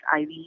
iv